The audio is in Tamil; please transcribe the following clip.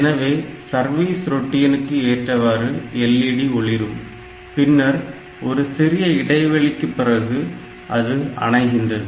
எனவே சர்வீஸ் ரொட்டீனுக்கு ஏற்றவாறு LED ஒளிரும் பின்னர் ஒரு சிறிய இடைவெளிக்கு பிறகு அது அணைகின்றது